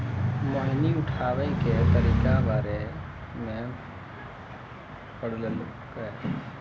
मोहिनी उठाबै के तरीका बारे मे पढ़लकै